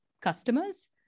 customers